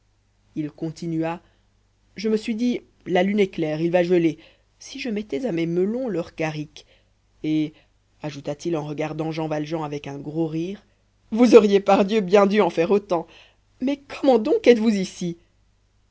il continua je me suis dit la lune est claire il va geler si je mettais à mes melons leurs carricks et ajouta-t-il en regardant jean valjean avec un gros rire vous auriez pardieu bien dû en faire autant mais comment donc êtes-vous ici